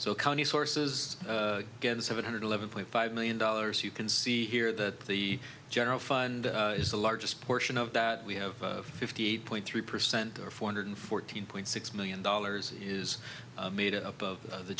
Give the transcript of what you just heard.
so county sources get seven hundred eleven point five million dollars you can see here that the general fund is the largest portion of that we have fifty eight point three percent or four hundred fourteen point six million dollars is made up of the